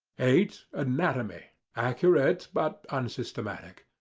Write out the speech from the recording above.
eight. anatomy accurate, but unsystematic.